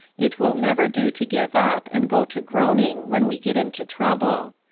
it will never do to give up, and go to groaning when we get into trouble.